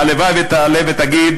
הלוואי שתעלה ותגיד: